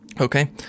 Okay